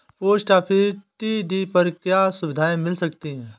Post office TD पर क्या सुविधाएँ मिल सकती है?